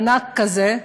ענק כזה.